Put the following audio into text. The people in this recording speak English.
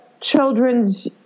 children's